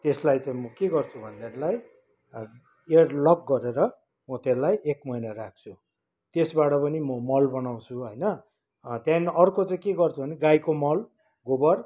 त्यसलाई चाहिँ म के गर्छु भनेदेखिलाई एयर लक गरेर म त्यसलाई एक महिना राख्छु त्यसबाट पनि म मल बनाउँछु होइन त्यहाँदेखि अर्को चाहिँ के गर्छु भने गाईको मल गोबर